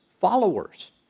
followers